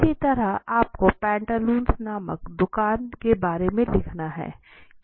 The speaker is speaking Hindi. इसी तरह आपको पैंटालूंस नामक दूकान के बारे में लिखना है